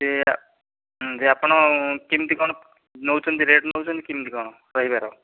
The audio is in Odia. ଯେ ଯେ ଆପଣ କିମିତି କ'ଣ ନେଉଛନ୍ତି ରେଟ୍ ନେଉଛନ୍ତି କିମିତି କ'ଣ ରହିବାର